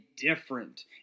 different